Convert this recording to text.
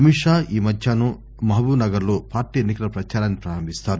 అమిత్ షా ఈ మధ్యాహ్సం మహబూబ్నగర్ లో పార్టీ ఎన్ని కల ప్రచారాన్ని ప్రారంభిస్తారు